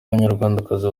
abanyarwandakazi